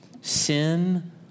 Sin